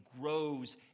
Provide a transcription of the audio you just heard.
grows